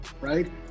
right